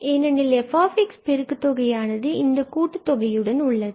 ஏனெனில் f பெருக்கு தொகையானது இந்த கூட்டுத்தொகை உடன் உள்ளது